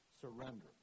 Surrender